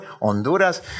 Honduras